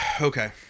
Okay